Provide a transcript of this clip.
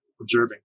observing